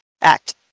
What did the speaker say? Act